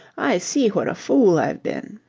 i see what a fool i've been.